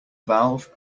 valve